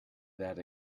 that